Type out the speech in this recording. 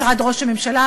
משרד ראש הממשלה,